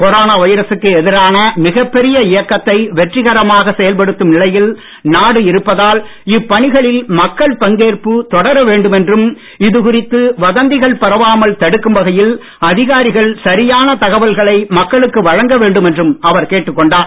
corona வைரசுக்கு எதிரான மிகப்பெரிய இயக்கத்தை வெற்றிகரமாக செயல்படுத்தும் நிலையில் நாடு இருப்பதால் இப்பணிகளில் மக்கள் பங்கேற்பு தொடர வேண்டுமென்றும் இதுகுறித்து வதந்திகள் பரவாமல் தடுக்கும் வகையில் அதிகாரிகள் உண்மைத் தகவல்களை மக்களுக்கு வழங்க வேண்டும் என்றும் அவர் கேட்டுக்கொண்டார்